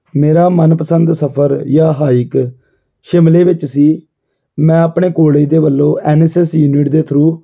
ਮੇਰਾ ਮਨਪਸੰਦ ਸਫ਼ਰ ਜਾਂ ਹਾਈਕ ਸ਼ਿਮਲੇ ਵਿੱਚ ਸੀ ਮੈਂ ਆਪਣੇ ਕੋਲੇਜ ਦੇ ਵੱਲੋਂ ਐੱਨ ਐੱਸ ਐੱਸ ਸੀ ਯੂਨਿਟ ਦੇ ਥਰੂ